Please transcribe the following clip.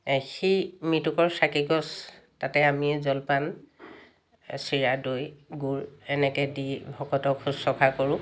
এই সেই মৃতকৰ চাকিগছ তাতে আমি জলপান চিৰা দৈ গুৰ এনেকৈ দি ভকতক শুশ্ৰূষা কৰোঁ